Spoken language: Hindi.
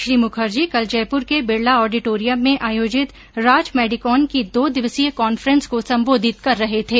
श्री मुखर्जी कल जयप्र के बिडला ऑडिटोरियम में आयोजित राज मेडिकोन की दो दिवसीय कांफ्रेंस को संबोधित कर रहे थे